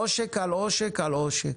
עושק על עושק על עושק.